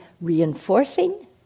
reinforcing